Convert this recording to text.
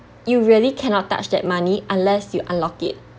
you really cannot touch that money unless you unlock it